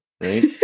right